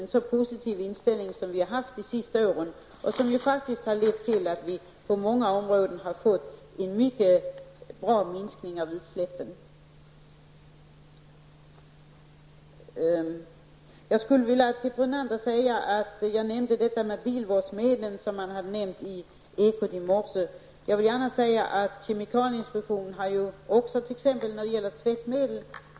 En sådan positiv inställning har vi haft de senaste åren och den har faktiskt lett till att vi på många områden har fått en mycket bra minskning av utsläppen. Jag nämnde, Lennart Brunander, detta med bilvårdsmedel -- en fråga som togs upp i Ekot i morse. Jag vill i det sammanhanget gärna säga att kemikalieinspektionen också har gjort en stor undersökning när det gäller tvättmedel.